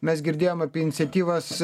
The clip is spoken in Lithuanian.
mes girdėjom apie iniciatyvas